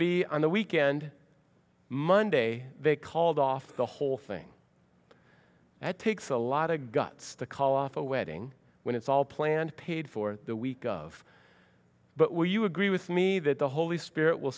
the weekend monday they called off the whole thing that takes a lot of guts to call off a wedding when it's all planned paid for the week of but will you agree with me that the holy spirit will